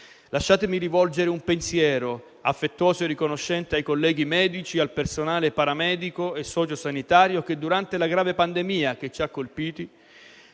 Lasciatemi rivolgere un pensiero affettuoso e riconoscente ai colleghi medici e al personale paramedico e socio-sanitario che, durante la grave pandemia che ci ha colpiti,